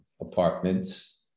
apartments